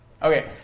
Okay